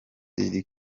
iri